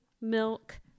milk